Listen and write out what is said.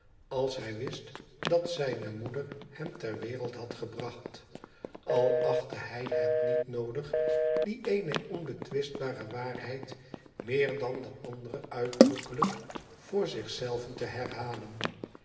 als hij wist dat zijne moeder hem ter wereld had gebracht al achtte hij het niet noodig die eene onbetwistbare waarheid meer dan de andere uitdrukkelijk voor zich zelven te herbalen